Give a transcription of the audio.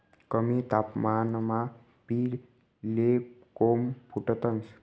कमी तापमानमा बी ले कोम फुटतंस